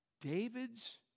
David's